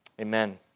Amen